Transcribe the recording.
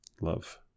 love